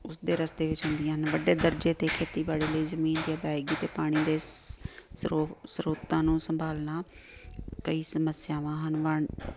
ਉਸਦੇ ਰਸਤੇ ਵਿੱਚ ਹੁੰਦੀਆਂ ਨੇ ਵੱਡੇ ਦਰਜੇ 'ਤੇ ਖੇਤੀਬਾੜੀ ਲਈ ਜਮੀਨ ਦੀ ਅਦਾਇਗੀ ਅਤੇ ਪਾਣੀ ਦੇ ਸਰੋ ਸਰੋਤਾਂ ਨੂੰ ਸੰਭਾਲਣਾ ਕਈ ਸਮੱਸਿਆਵਾਂ ਹਨ ਵਣ